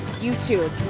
youtube.